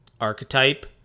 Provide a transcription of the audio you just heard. archetype